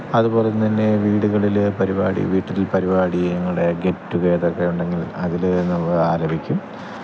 അതുപോലെ തന്നെ വീടുകളിൽ പരിപാടി വീട്ടില് പരിപാടികളുടെ ഗെറ്റുഗേതര് ഒക്കെ ഉണ്ടെങ്കില് അതിൽ നമ്മൾ ആലപിക്കും